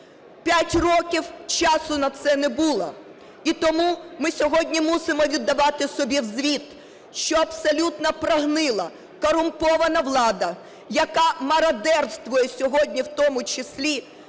5 років часу на це не було! І тому ми сьогодні мусимо віддавати собі звіт, що абсолютно прогнила корумпована влада, яка мародерствує сьогодні, в тому числі